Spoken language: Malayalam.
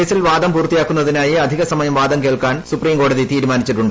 കേസിൽ വാദം പൂർത്തിയാക്കുന്നതിനായി അധികസമയം വാദം കേൾക്കാൻ സുപ്രീംകോടതി തീരുമാനിച്ചിട്ടുണ്ട്